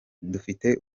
dufite